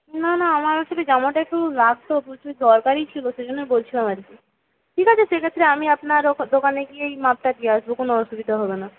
না না আমার আসলে জামাটা একটু লাগতো প্রচুর দরকারই ছিলো সেই জন্যই বলছিলাম আর কি ঠিক আছে সেক্ষেত্রে আমি আপনার দোকানে গিয়েই মাপটা দিয়ে আসবো কোনো অসুবিধা হবে না